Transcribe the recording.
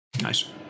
nice